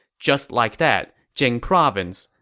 just like that, jing province,